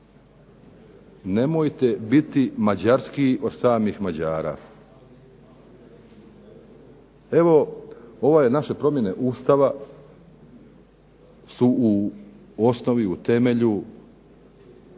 Nemojte biti mađarskiji od samih Mađara. Evo ove naše promjene Ustava su u osnovi, u temelju,